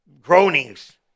Groanings